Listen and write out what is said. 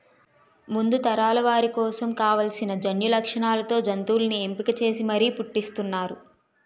ముందు తరాల వారి కోసం కావాల్సిన జన్యులక్షణాలతో జంతువుల్ని ఎంపిక చేసి మరీ పుట్టిస్తున్నారు